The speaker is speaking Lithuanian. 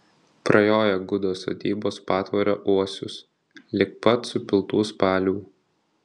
prajoja gudo sodybos patvorio uosius lig pat supiltų spalių